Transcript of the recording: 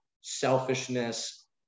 selfishness